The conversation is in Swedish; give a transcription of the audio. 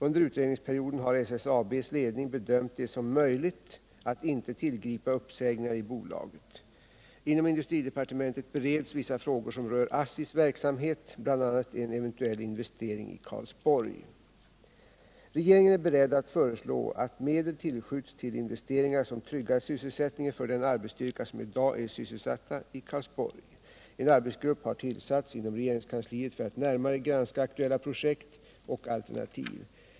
Under utredningsperioden har SSAB:s ledning bedömt det som möjligt att inte tillgripa uppsägningar i bolaget. Inom industridepartementet bereds vissa frågor som rör ASSI:s verksamhet, bl.a. en eventuell investering i Karlsborg. Regeringen är beredd att föreslå att medel tillskjuts till investeringar som tryggar sysselsättningen för den arbetsstyrka som i dag är sysselsatt i Karlsborg. En arbetsgrupp har tillsatts inom regeringskansliet för att närmare granska aktuella projekt och alternativ.